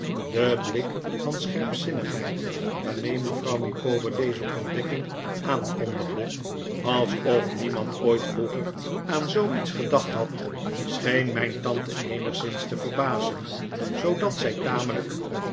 de blik van scherpzinnigheid waarmee mevrouw micawber deze ontdekking aankondigde alsof niemand ooit vroeger aan zooiets gedacht had scheen mijn tante eenigszins te verbazen zoodat zij tamelijk